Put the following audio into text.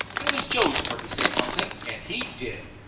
it was joe's turn to say something, and he did.